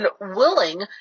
willing